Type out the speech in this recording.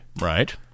Right